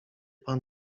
pan